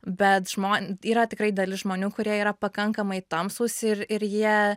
bet žmon yra tikrai dalis žmonių kurie yra pakankamai tamsūs ir ir jie